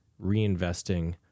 reinvesting